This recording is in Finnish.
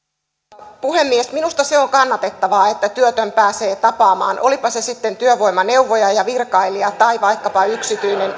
arvoisa puhemies minusta se on kannatettavaa että työtön pääsee tapaamaan olipa se sitten työvoimaneuvoja virkailija tai vaikkapa yksityinen